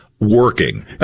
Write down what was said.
working